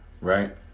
Right